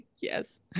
yes